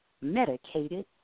medicated